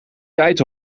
tijd